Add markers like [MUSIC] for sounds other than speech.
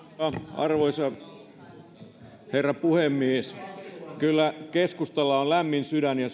arvoisa herra puhemies kyllä keskustalla on lämmin sydän ja [UNINTELLIGIBLE]